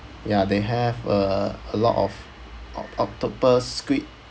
ya they have uh a lot of oc~ octopus squid